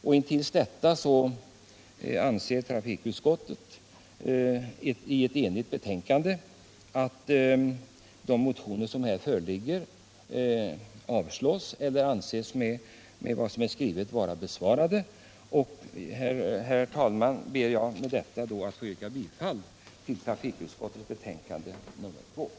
föreligger eller anser dem besvarade med vad utskottet skrivit. Onsdagen den Herr talman! Jag ber med detta att få yrka bifall till utskottets hem 9 november 1977